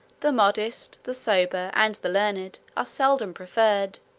the modest, the sober, and the learned, are seldom preferred